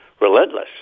relentless